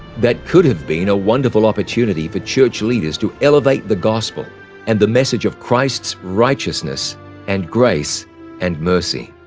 that could have been a wonderful opportunity for church leaders to elevate the gospel and the message of christ's righteousness and grace and mercy.